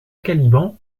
caliban